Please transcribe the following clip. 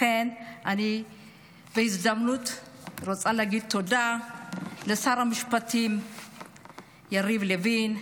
לכן בהזדמנות הזאת אני רוצה להגיד תודה לשר המשפטים יריב לוין,